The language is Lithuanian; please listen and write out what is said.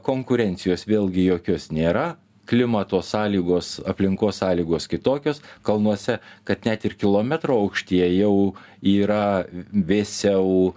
konkurencijos vėlgi jokios nėra klimato sąlygos aplinkos sąlygos kitokios kalnuose kad net ir kilometro aukštyje jau yra vėsiau